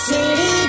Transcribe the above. City